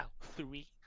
Three